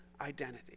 identity